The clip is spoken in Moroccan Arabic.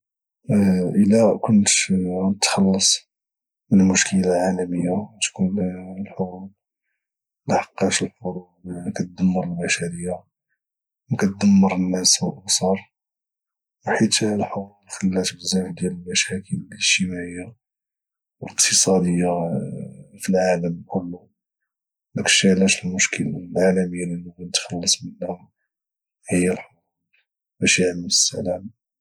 الى كنت غنتخلص من مشكلة عالمية غتكون الحروب لحقاش الحروب كدمر البشرية وكدمر الناس والاسر وحيت الحروب خلات بزاف ديال المشاكل الاجتماعية والاقتصادية في العالم كله داكشي علاش المشكلة العالمية اللي نبغي نتخلص منها هي الحروب باش اعم السلام